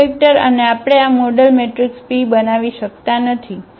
eigenvector અને આપણે આ મોડેલ મેટ્રિક્સ p બનાવી શકતા નથી